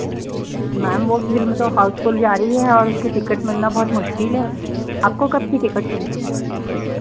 ma'am वह film तो housefull जा रही है और उसकी टिकट मिलना बहुत मुश्किल है आपको कब की टिकट चाहिए